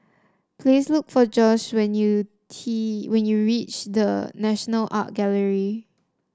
please look for Josh when you T when you reach The National Art Gallery